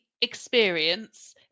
experience